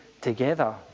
together